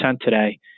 today